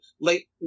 late